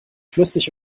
flüssig